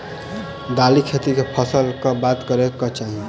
दालि खेती केँ फसल कऽ बाद करै कऽ चाहि?